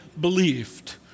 believed